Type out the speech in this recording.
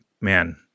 Man